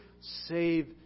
save